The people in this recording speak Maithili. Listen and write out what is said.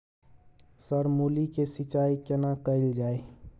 सर मूली के सिंचाई केना कैल जाए?